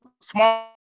small